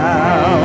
Now